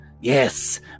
yes